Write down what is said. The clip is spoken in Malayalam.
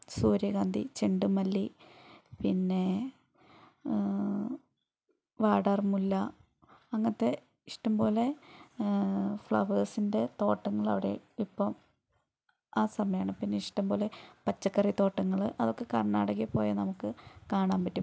സൂര്യകാന്തി ചെണ്ടുമല്ലി പിന്നെ വാടാർമുല്ല അങ്ങനത്തെ ഇഷ്ടംപോലെ ഫ്ളവേഴ്സിൻ്റെ തോട്ടങ്ങൾ അവിടെ ഇപ്പം ആ സമയമാണ് പിന്നെ ഇഷ്ടം പോലെ പച്ചക്കറിത്തോട്ടങ്ങൾ അതൊക്കെ കർണ്ണാടകയിൽ പോയാൽ നമുക്ക് കാണാൻ പറ്റും